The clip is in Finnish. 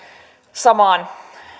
samaan